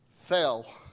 fell